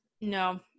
no